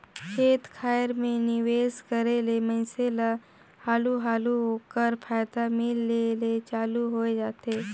खेत खाएर में निवेस करे ले मइनसे ल हालु हालु ओकर फयदा मिले ले चालू होए जाथे